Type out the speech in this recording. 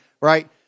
right